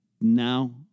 now